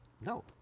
No